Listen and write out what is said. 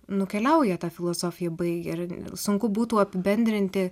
nukeliauja tą filosofiją baigę ir sunku būtų apibendrinti